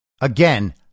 Again